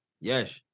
yes